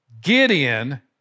Gideon